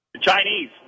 Chinese